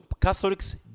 Catholics